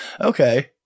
Okay